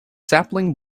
sapling